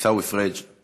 עיסאווי פריג';